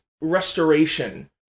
restoration